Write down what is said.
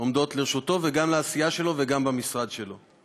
עומדות לרשותו, גם בעשייה שלו וגם במשרד שלו.